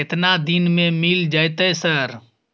केतना दिन में मिल जयते सर?